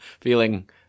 feeling